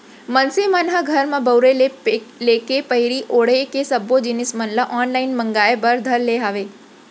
मनसे मन ह घर म बउरे ले लेके पहिरे ओड़हे के सब्बो जिनिस मन ल ऑनलाइन मांगए बर धर ले हावय